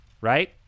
right